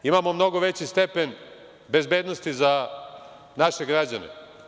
Imamo mnogo veći stepen bezbednosti za naše građane.